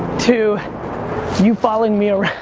to you following me